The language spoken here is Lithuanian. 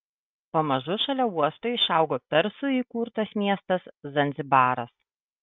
pamažu šalia uosto išaugo persų įkurtas miestas zanzibaras